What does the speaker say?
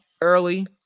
early